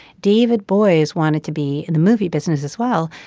david boies wanted to be in the movie business as well.